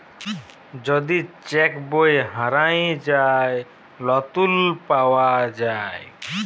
যদি চ্যাক বই হারাঁয় যায়, লতুল পাউয়া যায়